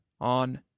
on